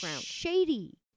shady